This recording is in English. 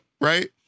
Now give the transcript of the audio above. right